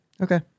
Okay